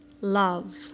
love